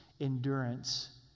endurance